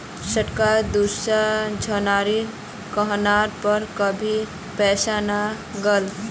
स्टॉकत दूसरा झनार कहनार पर कभी पैसा ना लगा